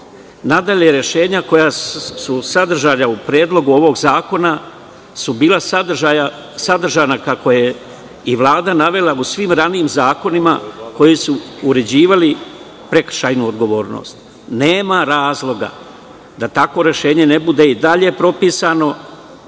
prekršaje. Rešenja koja su sadržana u Predlogu ovog zakona su bila sadržana, kako je i Vlada navela, u svim ranijim zakonima koji su uređivali prekršajnu odgovornost. Nema razloga da takvo rešenje ne bude i dalje propisano,